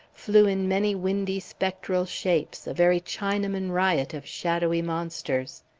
flew in many windy spectral shapes, a very chinaman riot of shadowy monsters.